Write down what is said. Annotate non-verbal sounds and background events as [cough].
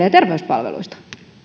[unintelligible] ja terveyspalveluista ja